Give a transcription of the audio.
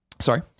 sorry